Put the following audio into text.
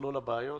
מכלול הבעיות.